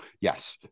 yes